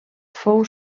fou